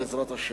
בעזרת השם.